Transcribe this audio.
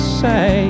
say